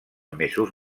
mesos